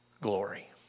glory